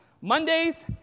Mondays